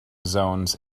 zones